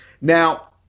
Now